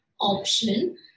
option